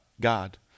God